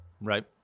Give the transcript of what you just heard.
right